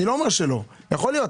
יכול להיות.